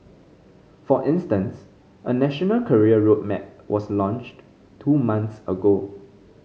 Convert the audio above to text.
for instance a national career road map was launched two months ago